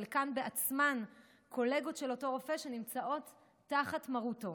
חלקן בעצמן קולגות של אותו רופא שנמצאות תחת מרותו.